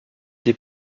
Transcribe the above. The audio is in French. des